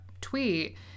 tweet